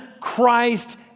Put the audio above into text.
Christ